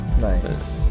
Nice